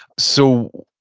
so,